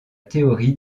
théorie